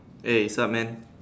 hey sup man